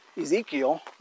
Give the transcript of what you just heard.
Ezekiel